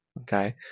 Okay